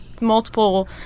multiple